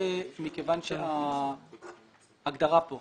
מכיוון שההגדרה כאן